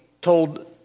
told